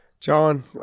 John